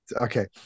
okay